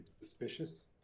suspicious